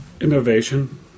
Innovation